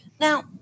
Now